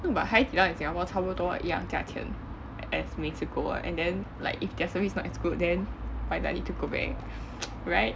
no but hai di lao in singapore 差不多一样价钱 as 美兹锅 [what] and then like if their service is not as good then why do I need to go back right